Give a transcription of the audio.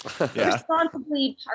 responsibly